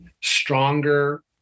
stronger